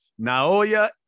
Naoya